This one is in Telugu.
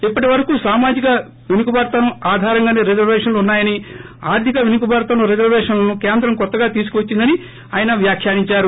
ఇప్పటి వరకు సామాజిక పెనుకబాటుతనం ఆధారంగాసే రిజర్వేషన్లు ఉన్నాయని ఆర్గిక పెనుకబాటుతనం రిజర్వేషన్లను కేంద్రం కొత్తగా తీసుకువచ్చిందని ఆయన వ్యాఖ్యానించారు